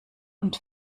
und